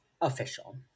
official